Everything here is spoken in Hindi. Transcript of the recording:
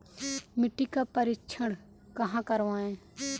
मिट्टी का परीक्षण कहाँ करवाएँ?